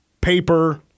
paper